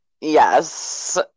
yes